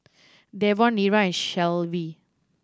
Davon Nira and Shelvie